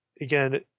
again